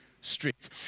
strict